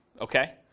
okay